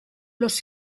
los